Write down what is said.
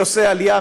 עושה עלייה,